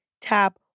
tap